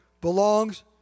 belongs